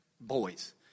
boys